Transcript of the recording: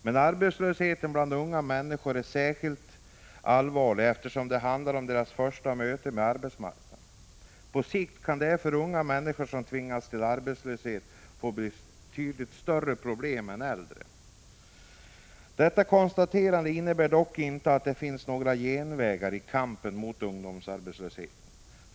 Men arbetslösheten bland unga människor är särskilt allvarlig, eftersom det handlar om deras första möte med arbetsmarknaden. På sikt kan därför unga människor som tvingas till arbetslöshet få betydligt större problem än äldre. Detta konstaterande innebär dock inte att det finns några genvägar i kampen mot ungdomsarbetslösheten.